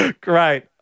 Great